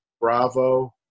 bravo